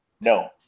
no